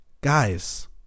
Guys